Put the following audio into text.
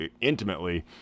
intimately